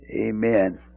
Amen